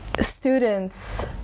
students